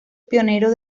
pionero